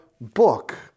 book